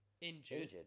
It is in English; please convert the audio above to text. Injured